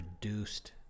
produced